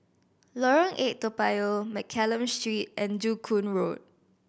Lorong Eight Toa Payoh Mccallum Street and Joo Koon Road